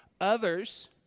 Others